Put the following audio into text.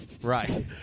Right